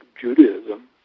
Judaism